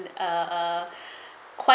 uh uh quite